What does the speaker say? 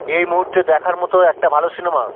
এই মুহুর্তে দেখার মতো একটা ভালো সিনেমা